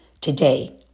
today